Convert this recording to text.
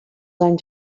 anys